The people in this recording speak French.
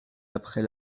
après